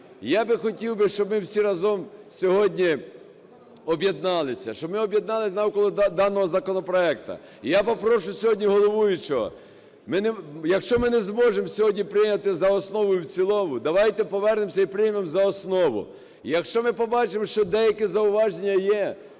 Я хотів би, щоб ми всі разом сьогодні об'єдналися, щоб ми об'єдналися навколо даного законопроекту. Я попрошу сьогодні головуючого, якщо ми не зможемо сьогодні прийняти за основу і в цілому, давайте повернемося і приймемо за основу, якщо ми побачимо, що деякі зауваження є